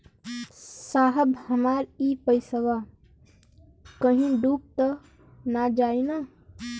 साहब हमार इ पइसवा कहि डूब त ना जाई न?